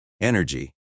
energy